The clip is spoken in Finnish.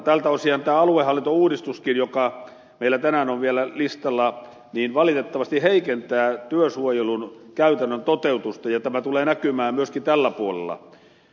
tältä osinhan aluehallintouudistuskin joka meillä tänään on vielä listalla valitettavasti heikentää työsuojelun käytännön toteutusta ja tämä tulee näkymään myöskin tällä puolella